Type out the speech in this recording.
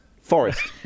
Forest